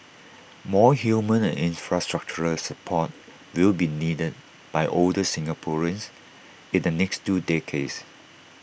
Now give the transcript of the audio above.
more human and infrastructural support will be needed by older Singaporeans in the next two decades